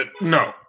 no